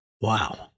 Wow